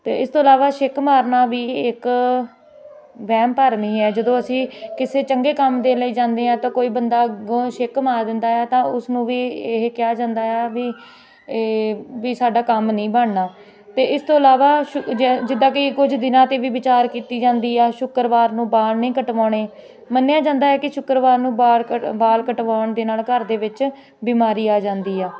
ਅਤੇ ਇਸ ਤੋਂ ਇਲਾਵਾ ਛਿੱਕ ਮਾਰਨਾ ਵੀ ਇੱਕ ਵਹਿਮ ਭਰਮ ਹੀ ਹੈ ਜਦੋਂ ਅਸੀਂ ਕਿਸੇ ਚੰਗੇ ਕੰਮ ਦੇ ਲਈ ਜਾਂਦੇ ਆ ਤਾਂ ਕੋਈ ਬੰਦਾ ਅੱਗੋਂ ਛਿੱਕ ਮਾਰ ਦਿੰਦਾ ਹੈ ਤਾਂ ਉਸਨੂੰ ਵੀ ਇਹ ਕਿਹਾ ਜਾਂਦਾ ਆ ਵੀ ਇਹ ਵੀ ਸਾਡਾ ਕੰਮ ਨਹੀਂ ਬਣਨਾ ਅਤੇ ਇਸ ਤੋਂ ਇਲਾਵਾ ਸ਼ੁ ਜਿ ਜਿੱਦਾਂ ਕਿ ਕੁਝ ਦਿਨਾਂ 'ਤੇ ਵੀ ਵਿਚਾਰ ਕੀਤੀ ਜਾਂਦੀ ਆ ਸ਼ੁੱਕਰਵਾਰ ਨੂੰ ਵਾਲ ਨਹੀਂ ਕਟਵਾਉਣੇ ਮੰਨਿਆ ਜਾਂਦਾ ਹੈ ਕਿ ਸ਼ੁੱਕਰਵਾਰ ਨੂੰ ਬਾਹਰ ਵਾਲ ਕਟਵਾਉਣ ਦੇ ਨਾਲ ਘਰ ਦੇ ਵਿੱਚ ਬਿਮਾਰੀ ਆ ਜਾਂਦੀ ਆ